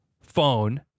phone